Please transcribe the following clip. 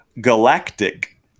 Galactic